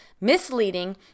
misleading